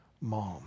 mom